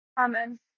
Amen